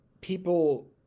people